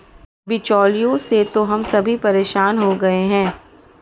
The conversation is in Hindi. बिचौलियों से तो हम सभी परेशान हो गए हैं